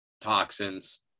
toxins